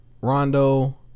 Rondo